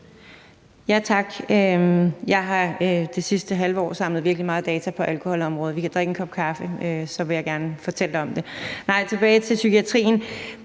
(S): Jeg har det sidste halve år samlet virkelig meget data på alkoholområdet. Vi kan drikke kaffe, og så vil jeg gerne fortælle om det, men tilbage til psykiatrien: